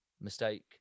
mistake